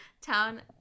town